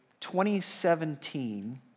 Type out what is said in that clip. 2017